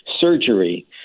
surgery